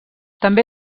també